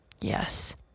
Yes